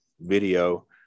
Video